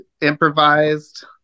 improvised